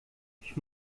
ich